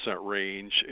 range